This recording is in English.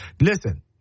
Listen